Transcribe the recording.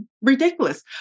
ridiculous